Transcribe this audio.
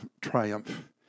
triumph